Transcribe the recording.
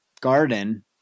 garden